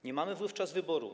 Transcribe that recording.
Nie mamy wówczas wyboru.